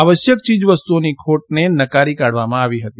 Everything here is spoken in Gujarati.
આવશ્યક ચીજ વસ્તુઓની ખોટને નકારી કાઢવામાં આવી હતી